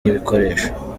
n’ibikoresho